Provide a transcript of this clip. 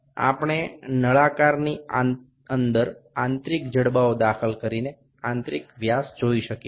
সিলিন্ডারের অভ্যন্তরীণ বাহুুগুলিকে প্রবেশ করিয়ে আমরা অভ্যন্তরীণ ব্যাসটিও দেখতে পারি